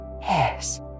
yes